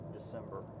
December